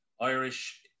Irish